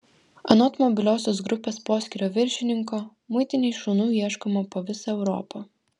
anot mobiliosios grupės poskyrio viršininko muitinei šunų ieškoma po visą europą